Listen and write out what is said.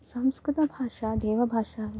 संस्कृतभाषा देवभाषा